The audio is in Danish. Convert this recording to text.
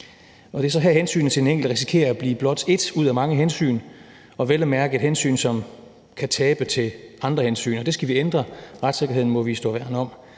Det er så her, at hensynet til den enkelte risikerer at blive blot et ud af mange hensyn, og vel at mærke et hensyn, som kan tabe til andre hensyn, og det skal vi ændre – retssikkerheden må vi stå værn om,